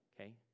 okay